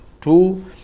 Two